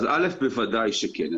ראשית, בוודאי שכן.